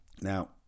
Now